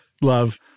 Love